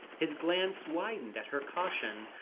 his glance widened at her caution,